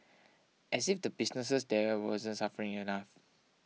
as if the businesses there wasn't suffering enough